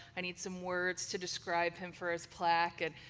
i need some words to describe him for his plaque. and,